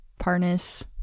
Parnas